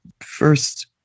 first